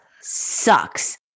sucks